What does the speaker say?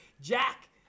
Jack